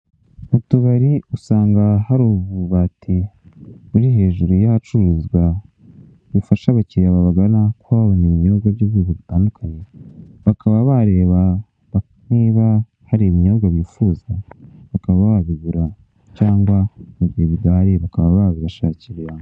Mu tubari usanaga hari ububati buri hejuru y'ahacuruzwa bufasha abakiliya babagana kuhabona ibinyobwa by'ubwoko bitandukanye bakaba bareba niba hari ibinyobwa bifuza bakaba babigura cyangwa mu gihe bidahari bakaba babibashakira...